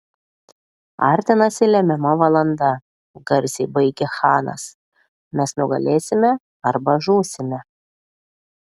artinasi lemiama valanda garsiai baigė chanas mes nugalėsime arba žūsime